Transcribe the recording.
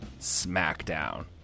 Smackdown